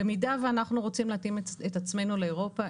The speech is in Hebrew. במידה ואנחנו רוצים להתאים את עצמנו לאירופה,